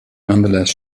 nonetheless